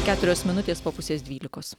keturios minutės po pusės dvylikos